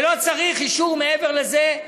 ולא צריך אישור מעבר לזה,